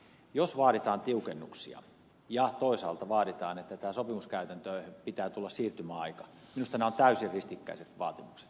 jos vaaditaan tiukennuksia ja toisaalta vaaditaan että tähän sopimuskäytäntöön pitää tulla siirtymäaika minusta nämä ovat täysin ristikkäiset vaatimukset